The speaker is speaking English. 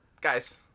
Guys